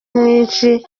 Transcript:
mwinshi